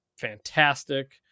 fantastic